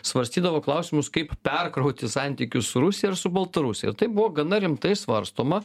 svarstydavo klausimus kaip perkrauti santykius su rusija ir su baltarusija tai buvo gana rimtai svarstoma